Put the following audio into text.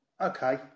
okay